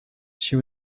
she